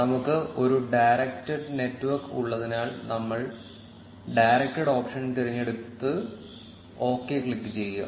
നമുക്ക് ഒരു directed network ഉള്ളതിനാൽ നമ്മൾ ഡയറക്ടഡ് ഓപ്ഷൻ തിരഞ്ഞെടുത്ത് ഒകെ ക്ലിക്ക് ചെയ്യുക